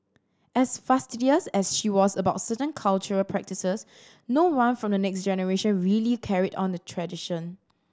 as fastidious as she was about certain cultural practices no one from the next generation really carried on the tradition